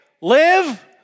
live